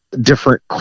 different